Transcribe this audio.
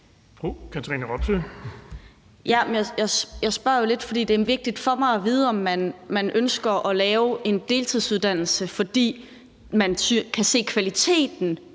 jeg spørger jo lidt, fordi det er vigtigt for mig at vide, om man ønsker at lave en deltidsuddannelse, fordi man kan se kvaliteten